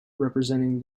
representing